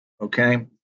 Okay